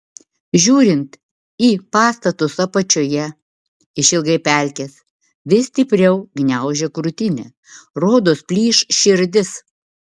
žiūrint į pastatus apačioje išilgai pelkės vis stipriau gniaužia krūtinę rodos plyš širdis